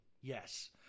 yes